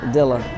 Dilla